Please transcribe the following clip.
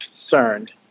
concerned